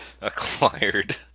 acquired